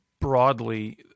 broadly